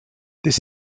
this